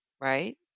right